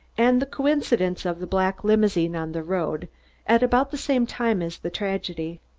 and the coincidence of the black limousine on the road at about the same time as the tragedy.